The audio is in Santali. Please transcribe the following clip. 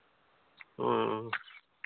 ᱦᱮᱸ